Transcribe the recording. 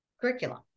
curriculum